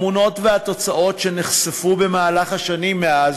התמונות והתוצאות שנחשפו במהלך השנים מאז.